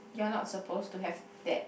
you're not supposed to have that